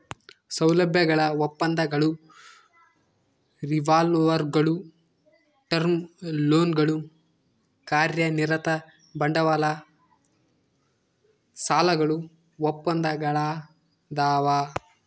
ಸೌಲಭ್ಯಗಳ ಒಪ್ಪಂದಗಳು ರಿವಾಲ್ವರ್ಗುಳು ಟರ್ಮ್ ಲೋನ್ಗಳು ಕಾರ್ಯನಿರತ ಬಂಡವಾಳ ಸಾಲಗಳು ಒಪ್ಪಂದಗಳದಾವ